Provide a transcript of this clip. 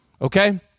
Okay